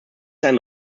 einen